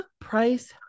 Price